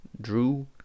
Drew